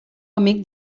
amic